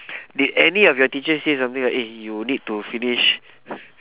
did any of your teachers say something like eh you will need to finish